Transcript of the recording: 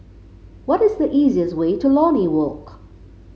what is the easiest way to Lornie Walk